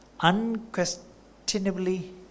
unquestionably